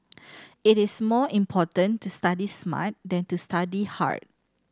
it is more important to study smart than to study hard